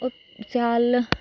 स्याल